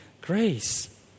grace